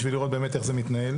בשביל לראות איך זה מתנהל,